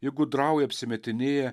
ji gudrauja apsimetinėja